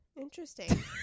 Interesting